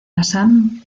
assam